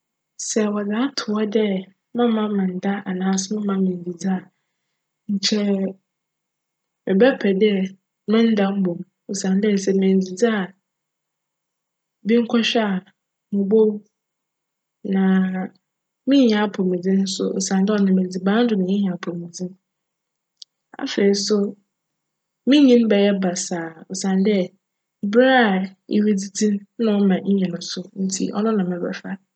Sj wcdze ato hc dj mma mennda anaaso mma minndzidzi a, nkyj mebjpj dj menda mbom osinadj sj menndzidzi a, monkchwj a mobowu na minnya apcwmudzen so osiandj cnam edziban do na minya apcwmudzen. Afei so, me nyin bjyj basaa osiandj ber a iridzidzi no nna cma enyin sontsi cno na mebjfa.